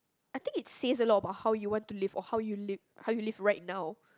I think it says a lot about how you want to live or how you live how you live right now